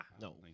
No